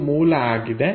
ಇದು ಮೂಲ ಆಗಿದೆ